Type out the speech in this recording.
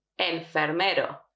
Enfermero